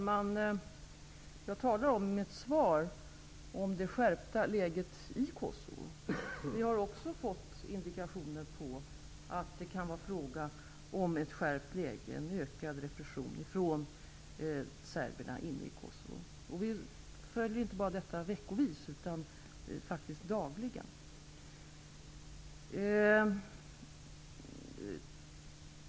Fru talman! I mitt svar talade jag om det skärpta läget i Kosovo. Vi har också fått indikationer om att det kan vara fråga om ett skärpt läge och en ökad repression från serberna inne i Kosovo. Vi följer inte bara detta veckovis utan faktiskt dagligen.